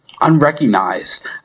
unrecognized